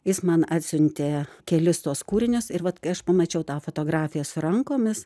jis man atsiuntė kelis tuos kūrinius ir vat kai aš pamačiau tą fotografiją su rankomis